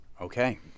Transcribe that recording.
Okay